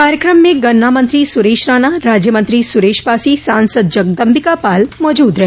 कार्यक्रम में गन्ना मंत्री सुरेश रणा राज्य मंत्री सुरेश पासी सांसद जगदम्बिका पाल मौजूद रहे